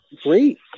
great